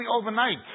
overnight